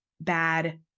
bad